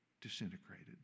disintegrated